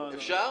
אפשר?